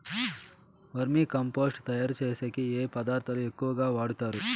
వర్మి compost తయారుచేసేకి ఏ పదార్థాలు ఎక్కువగా వాడుతారు